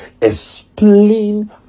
explain